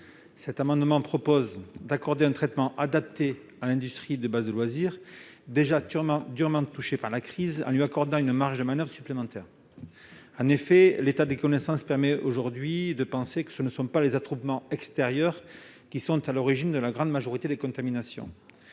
cet amendement, je propose d'accorder un traitement adapté à l'industrie des bases de loisirs, déjà durement touchée par la crise, en lui accordant une marge de manoeuvre supplémentaire. L'état des connaissances permet aujourd'hui d'estimer que les attroupements extérieurs ne sont pas à l'origine de la grande majorité des contaminations